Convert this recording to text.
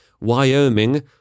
Wyoming